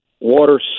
Water